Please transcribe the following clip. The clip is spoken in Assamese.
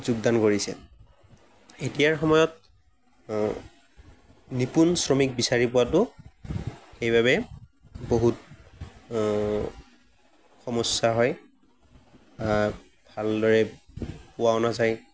যোগদান কৰিছে এতিয়াৰ সময়ত নিপুণ শ্ৰমিক বিচাৰি পোৱাতো সেইবাবে বহুত সমস্যা হয় ভালদৰে পোৱাও নাযায়